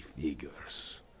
figures